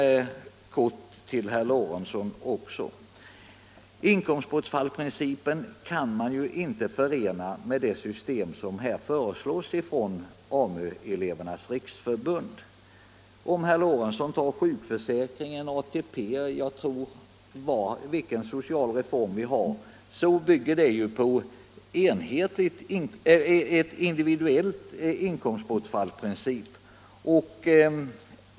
Sedan några ord också till herr Lorentzon. Inkomstbortfallsprincipen kan inte förenas med det system som AMU-elevernas riksförbund föreslår. Sjukförsäkring och ATP — och alla sociala reformer som vi har, tror jag — bygger på en individuell inkomstbortfallsprincip.